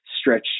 stretch